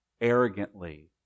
arrogantly